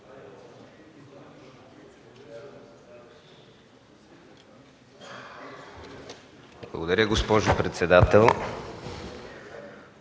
Благодаря, госпожо председател.